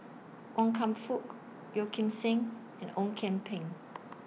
Wan Kam Fook Yeo Kim Seng and Ong Kian Peng